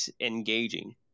engaging